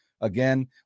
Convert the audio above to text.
again